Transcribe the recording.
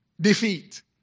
defeat